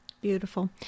beautiful